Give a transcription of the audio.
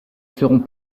serons